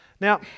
Now